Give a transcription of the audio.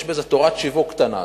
יש בזה תורת שיווק קטנה,